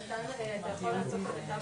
תחילה6.תחילתן של תקנות אלה ביום י"ז בטבת